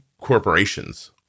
corporations